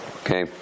Okay